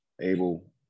able